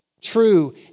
true